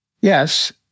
Yes